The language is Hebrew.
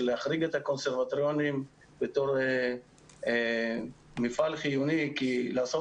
להחריג את הקונסרבטוריונים בתור מפעל חיוני כי לעשות